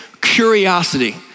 curiosity